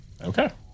Okay